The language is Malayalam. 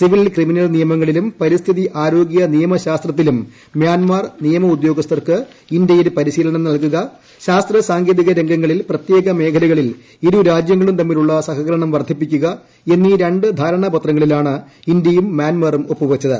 സിവിൽ ക്രിമിനൽ നിയമങ്ങളിലും പരിസ്ഥിതി ആരോഗ്യ നിയമശാസ്ത്രത്തിലും മ്യാൻമർ നിയമ ഉദ്യോഗസ്ഥർക്ക് ഇന്ത്യയിൽ പരിശീലനം നൽകുക ശാസ്ത്രസാങ്കേതിക രംഗങ്ങളിൽ പ്രത്യേക മേഖലകളിൽ ഇരുരാജ്യങ്ങളും തമ്മിലുള്ള സഹകരണം വർദ്ധിപ്പിക്കുക എന്നീ രണ്ട് ധാരണാപത്രങ്ങളിലാണ് ഇന്ത്യയും മ്യാൻമറും ഒപ്പുവെച്ചത്